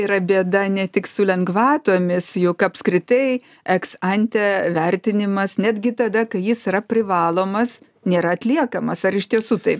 yra bėda ne tik su lengvatomis juk apskritai eks anti vertinimas netgi tada kai jis yra privalomas nėra atliekamas ar iš tiesų taip